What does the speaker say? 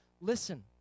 Listen